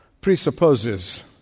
presupposes